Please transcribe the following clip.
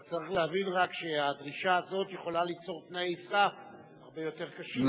אתה צריך רק להבין שהדרישה הזאת יכולה ליצור תנאי סף הרבה יותר קשים.